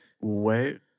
Wait